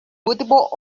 multiple